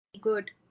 good